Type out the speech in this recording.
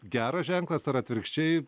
geras ženklas ar atvirkščiai